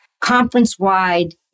conference-wide